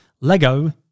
Lego